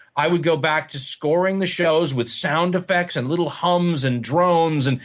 i would go back to scoring the shows with sound effects, and little hums, and drones. and